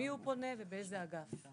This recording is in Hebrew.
למי הוא פונה ובאיזה אגף.